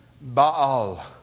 Baal